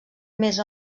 més